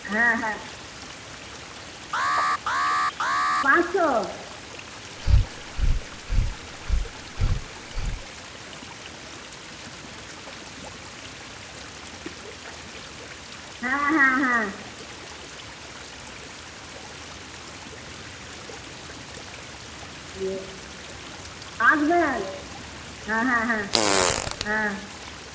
হ্যাঁ হ্যাঁ পাঁচশো হ্যাঁ হ্যাঁ হ্যাঁ আসবেন হ্যাঁ হ্যাঁ হ্যাঁ হ্যাঁ